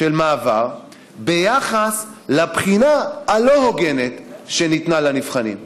של מעבר ביחס לבחינה הלא-הוגנת שניתנה לנבחנים.